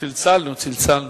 צלצלנו.